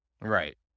Right